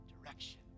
direction